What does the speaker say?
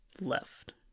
left